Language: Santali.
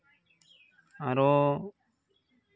ᱟᱨᱚ